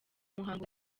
muhango